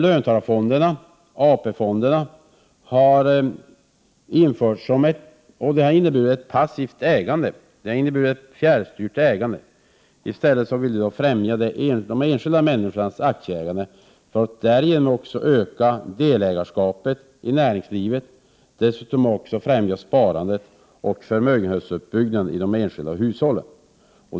Införandet av löntagarfonderna och AP-fonderna har inneburit ett passivt ägande, ett fjärrstyrt ägande. I stället vill vi fträmja de enskilda människornas aktieägande för att därigenom också öka delägarskapet i näringslivet och dessutom främja sparandet och förmögenhetsuppbyggnaden i de enskilda hushållen.